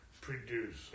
produce